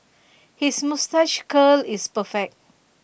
his moustache curl is perfect